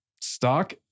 stock